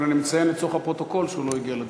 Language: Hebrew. אבל אני מציין לצורך הפרוטוקול שהוא לא הגיע לדיון.